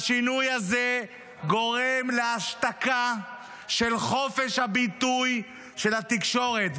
שגורם להשתקה של חופש הביטוי של התקשורת.